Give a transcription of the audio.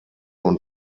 und